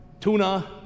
tuna